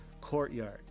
courtyard